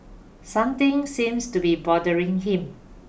something seems to be bothering him